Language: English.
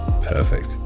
Perfect